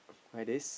medics